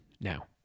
now